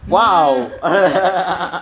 !wow!